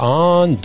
on